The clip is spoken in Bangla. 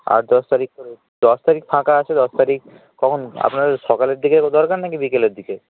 আট দশ তারিখ দশ তারিখ ফাঁকা আছে দশ তারিখ কখন আপনাদের সকালের দিকে দরকার না কি বিকেলের দিকে